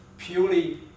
purely